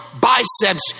biceps